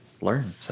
learn